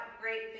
great